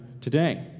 today